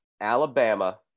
alabama